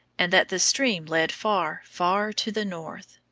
and that the stream led far, far to the north.